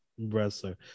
Wrestler